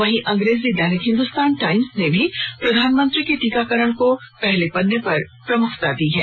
वहीं अंग्रेजी दैनिक हिंदुस्तान टाइम्स ने भी प्रधानमंत्री के टीकाकरण की खबर को पहले पन्ने पर प्रमुखता से प्रकाशित किया है